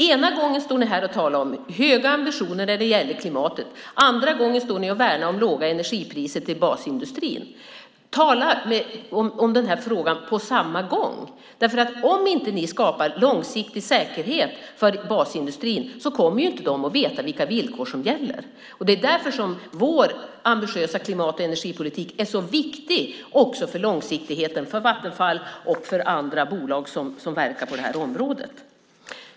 Ena gången står ni här och talar om höga ambitioner när det gäller klimatet. Andra gången står ni och värnar om låga energipriser till basindustrin. Tala om de här frågorna på samma gång, för om ni inte skapar långsiktig säkerhet för basindustrin kommer de inte att veta vilka villkor som gäller! Det är därför som vår ambitiösa klimat och energipolitik är så viktig också för långsiktigheten för Vattenfall och för andra bolag som verkar på det här området.